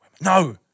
No